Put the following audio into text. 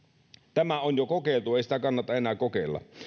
tämä on jo kokeiltu ei sitä kannata enää kokeilla